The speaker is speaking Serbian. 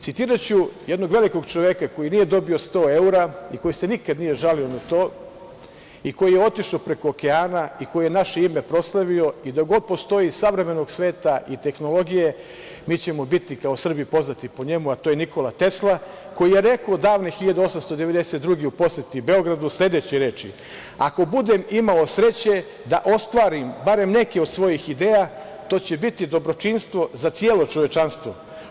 Citiraću jednog veliko čoveka, koji nije dobio 100 evra i koji se nikada nije žalio na to, koji je otišao preko okeana, koji je naše ime proslavio, dok god postoji savremenog sveta i tehnologije mi ćemo biti kao Srbi poznati po njemu, a to je Nikola Tesla koji je rekao, davne 1892. godine u poseti Beogradu, sledeće reči – „Ako budem imao sreće da ostvarim, barem neke od svojih ideja, to će biti dobročinstvo za celo čovečanstvo.